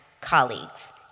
colleagues